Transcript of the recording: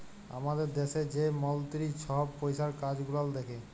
আমাদের দ্যাশে যে মলতিরি ছহব পইসার কাজ গুলাল দ্যাখে